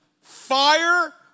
Fire